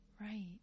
Right